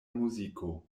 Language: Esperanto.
muziko